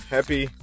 Happy